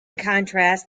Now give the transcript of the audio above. contrast